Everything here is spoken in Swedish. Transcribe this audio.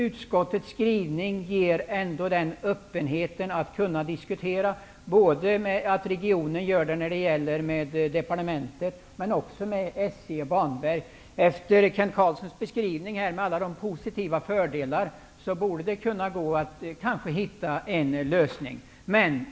Utskottets skrivning medger ändå en öppenhet att kunna föra diskussioner mellan regionen, departementet samt också mellan SJ och Banverket. Efter Kent Carlssons beskrivning av alla positiva fördelar borde det gå att hitta en lösning.